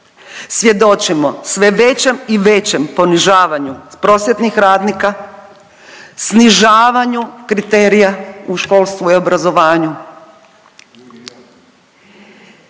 svjedočimo sve većem i većem ponižavanju prosvjetnih radnika, snižavanju kriterija u školstvu i obrazovanju.